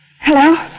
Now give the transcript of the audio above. Hello